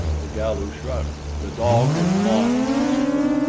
the galu shrugged. the dog is mine, he said.